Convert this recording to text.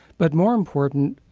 but more importantly,